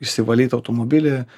išsivalyt automobilį tiek